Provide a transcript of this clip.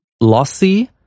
lossy